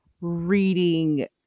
reading